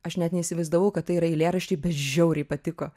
aš net neįsivaizdavau kad tai yra eilėraščiai be žiauriai patiko